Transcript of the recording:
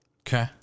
Okay